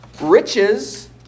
riches